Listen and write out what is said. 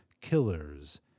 killers